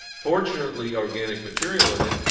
fortunately organic material in it.